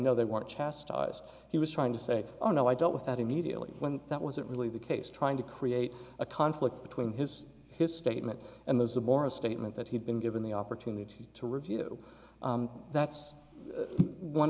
no they weren't chastised he was trying to say oh no i dealt with that immediately when that wasn't really the case trying to create a conflict between his his statement and this is a moral statement that he'd been given the opportunity to review that's one